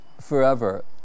forever